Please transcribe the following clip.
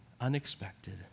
unexpected